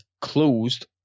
closed